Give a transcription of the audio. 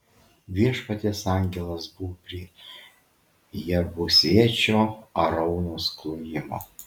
viešpaties angelas buvo prie jebusiečio araunos klojimo